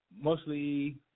mostly